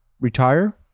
retire